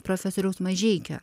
profesoriaus mažeikio